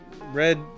red